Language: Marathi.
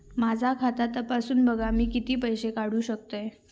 माझा खाता तपासून बघा मी किती पैशे काढू शकतय?